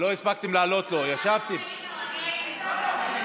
אין נמנעים, אין מתנגדים.